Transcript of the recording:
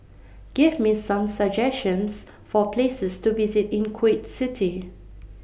Give Me Some suggestions For Places to visit in Kuwait City